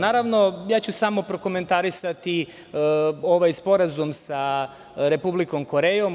Naravno, ja ću samo prokomentarisati ovaj sporazum sa Republikom Korejom.